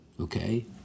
Okay